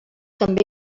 també